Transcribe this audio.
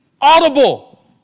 audible